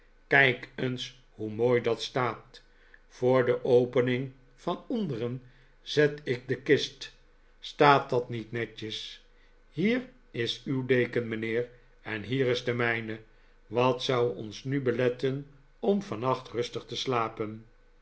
kijk eens hoe mooi dat staat voor de opening van onderen zet ik de kist staat dat niet netjes hier is uw deken mijnheer en hier is de mijne wat zou ons nu beletten om vannacht rustig te slapen